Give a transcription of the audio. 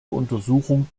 untersuchung